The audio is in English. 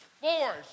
force